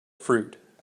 fruit